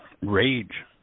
rage